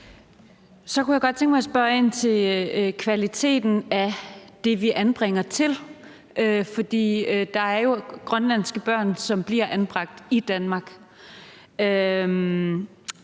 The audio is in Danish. Så kunne jeg godt tænke mig at spørge ind til kvaliteten af anbringelsesstederne. For der er jo grønlandske børn, som bliver anbragt i Danmark.